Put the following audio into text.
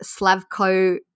Slavko